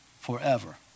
forever